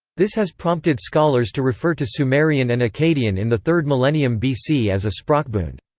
this has prompted scholars to refer to sumerian and akkadian in the third millennium bc as a sprachbund.